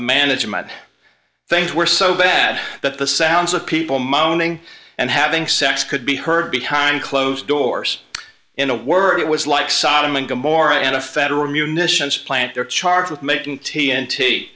management things were so bad that the sounds of people moaning and having sex could be heard behind closed doors in a word it was like sodom and gomorrah and a federal munitions plant there charged with making t